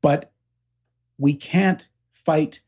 but we can't fight